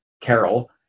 Carol